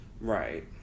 right